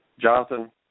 Jonathan